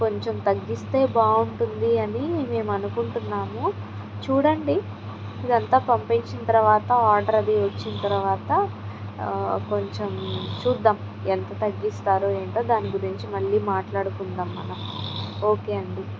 కొంచెం తగ్గిస్తే బాగుంటుంది అని మేము అనుకుంటున్నాము చూడండి ఇదంతా పంపించిన తర్వాత ఆర్డర్ అది ఇచ్చిన తర్వాత కొంచెం చూద్దాం ఎంత తగ్గిస్తారో ఏంటో దాన్ని గురించి మళ్ళీ మాట్లడుకుందాం మనం ఓకే అండి